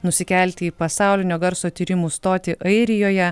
nusikelti į pasaulinio garso tyrimų stotį airijoje